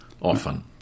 often